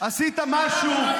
עשית משהו,